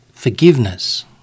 Forgiveness